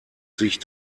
sich